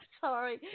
sorry